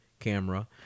camera